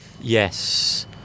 Yes